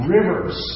Rivers